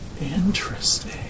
Interesting